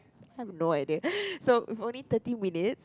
I've no idea so with only thirty minutes